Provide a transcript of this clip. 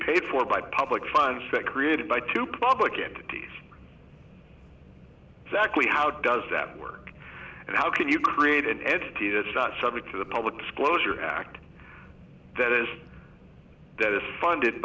paid for by public funds that created by two public entities exactly how does that work and how can you create an entity that is not subject to the public disclosure act that is that is funded